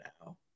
now